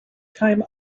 time